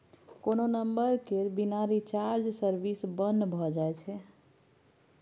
कोनो नंबर केर बिना रिचार्ज सर्विस बन्न भ जाइ छै